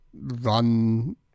run